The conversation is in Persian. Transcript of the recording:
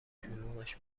شلوغش